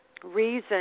reason